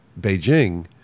Beijing